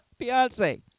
Beyonce